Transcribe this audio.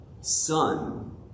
son